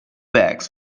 bags